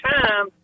time